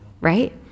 Right